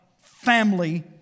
family